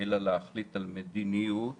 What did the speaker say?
אלא להחליט על מדיניות